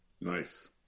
Nice